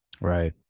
Right